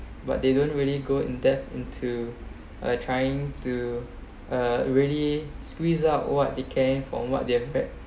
but they don't really go in depth into uh trying to uh really squeeze up what they care from what they're back